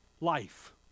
life